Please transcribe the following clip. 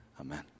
Amen